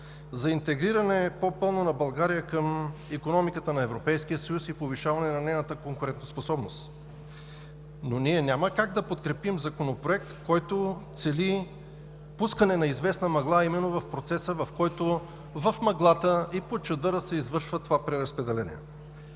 интегриране на България към икономиката на Европейския съюз и повишаване на нейната конкурентоспособност. Ние няма как да подкрепим Законопроект, който цели пускане на известна мъгла именно в процеса, в който в мъглата и под чадъра се извършва това преразпределение.